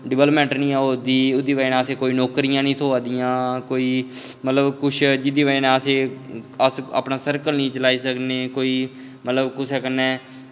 development निं ऐ होआ दी ओह्दी बजह नै असें गी कोई नौकरियां निं मतलब कोई कुछ जेह्दी बजह नै अस अपना सर्कल निं चलाई सकने कोई मतलब कुसै कन्नै